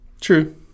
True